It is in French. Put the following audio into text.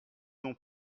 non